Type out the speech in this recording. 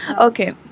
Okay